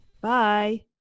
Bye